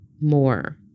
more